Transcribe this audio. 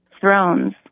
thrones